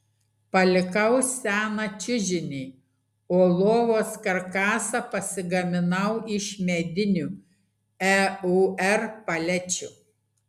palikau seną čiužinį o lovos karkasą pasigaminau iš medinių eur palečių